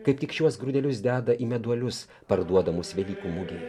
kaip tik šiuos grūdelius deda į meduolius parduodamus velykų mugėj